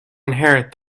inherit